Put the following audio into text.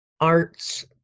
arts